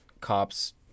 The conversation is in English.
cops